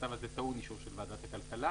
הצו הזה טעון אישור של ועדת הכלכלה